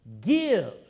gives